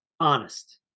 honest